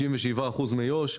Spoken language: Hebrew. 97 אחוזים מיו"ש.